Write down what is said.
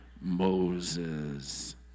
Moses